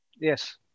Yes